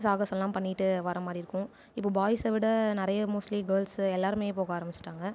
சாகசம்லாம் பண்ணிவிட்டு வரமாதிரி இருக்கும் இப்போ பாய்ஸை விட நிறைய மோஸ்ட்லி கேள்ஸ்சு எல்லாருமே போக ஆரமிச்சிவிட்டாங்க